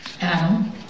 Adam